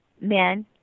men